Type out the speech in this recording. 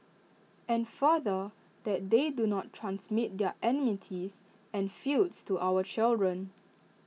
and further that they do not transmit their enmities and feuds to our children